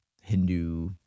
Hindu